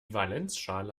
valenzschale